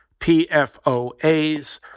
PFOAs